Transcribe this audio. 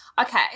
Okay